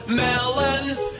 melons